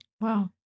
Wow